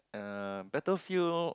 uh battlefield